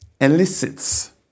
elicits